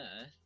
Earth